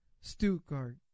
Stuttgart